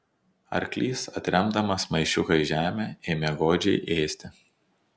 arklys atremdamas maišiuką į žemę ėmė godžiai ėsti